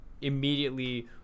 immediately